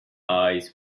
oils